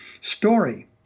story